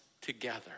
together